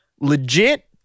legit